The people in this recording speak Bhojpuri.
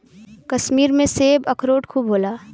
कश्मीर में सेब, अखरोट खूब होला